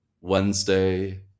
Wednesday